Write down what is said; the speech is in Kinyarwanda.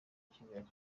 kigali